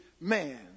man